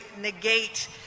negate